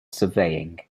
surveying